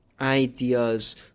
ideas